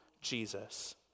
Jesus